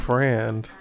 Friend